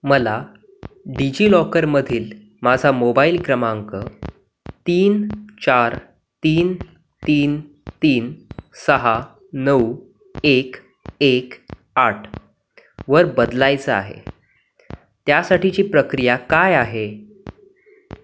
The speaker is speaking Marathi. मला डिजिलॉकरमधील माझा मोबाईल क्रमांक तीन चार तीन तीन तीन सहा नऊ एक आठ वर बदलायचा आहे त्यासाठीची प्रक्रिया काय आहे